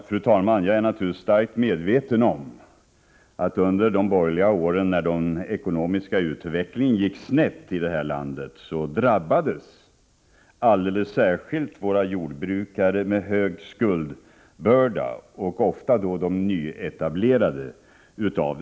Fru talman! Jag är naturligtvis starkt medveten om att under de borgerliga åren, när den ekonomiska utvecklingen gick snett i landet, drabbades alldeles särskilt våra jordbrukare med hög skuldbörda, och ofta då de nyetablerade, hårt.